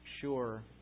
sure